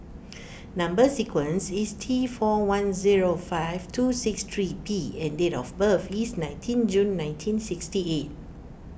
Number Sequence is T four one zero five two six three P and date of birth is nineteen June nineteen sixty eight